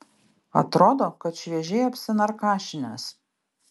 atrodo kad šviežiai apsinarkašinęs